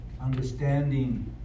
understanding